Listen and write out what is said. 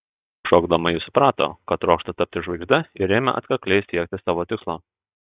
šokdama ji suprato kad trokšta tapti žvaigžde ir ėmė atkakliai siekti savo tikslo